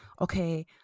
okay